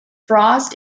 frost